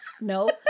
No